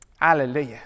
Alleluia